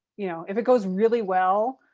you know, if it goes really well,